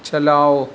چَلاؤ